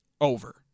Over